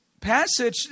passage